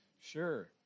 sure